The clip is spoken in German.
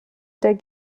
der